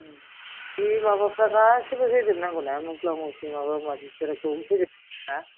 उम बे माबाफ्रा गासिबो होजोब नांगौ ना मसला मसलि माबा माबिफोरखौ होजोब नांगौना